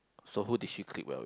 so who did she clique well with